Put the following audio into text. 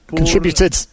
contributed